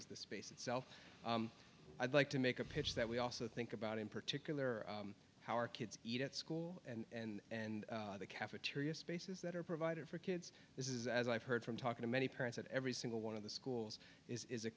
as the space itself i'd like to make a pitch that we also think about in particular how our kids eat at school and and the cafeteria spaces that are provided for kids this is as i've heard from talking to many parents at every single one of the schools is